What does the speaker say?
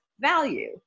value